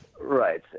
Right